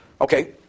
Okay